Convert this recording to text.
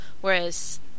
whereas